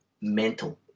mental